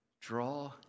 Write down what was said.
Draw